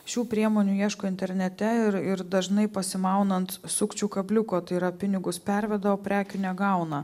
šių priemonių ieško internete ir ir dažnai pasimauna ant sukčių kabliuko tai yra pinigus perveda o prekių negauna